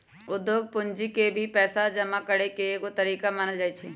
उद्योग पूंजी के भी पैसा जमा करे के एगो तरीका मानल जाई छई